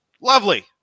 Lovely